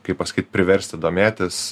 kaip pasakyt priversti domėtis